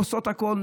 עושות הכול,